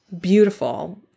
beautiful